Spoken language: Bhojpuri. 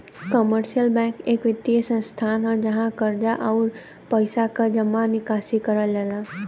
कमर्शियल बैंक एक वित्तीय संस्थान हौ जहाँ कर्जा, आउर पइसा क जमा निकासी करल जाला